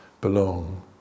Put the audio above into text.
belong